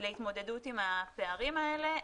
להתמודדות עם הפערים האלה,